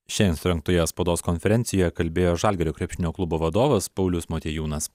šiandien surengtoje spaudos konferencijoje kalbėjo žalgirio krepšinio klubo vadovas paulius motiejūnas